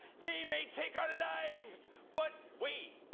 they may take our lives but wait,